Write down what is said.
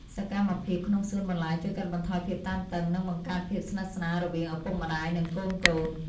សកម្មភាពក្នុងសួនបន្លែជួយកាត់បន្ថយភាពតានតឹង និងបង្កើតភាពស្និទ្ធស្នាលរវាងឪពុកម្តាយ និងកូនៗ។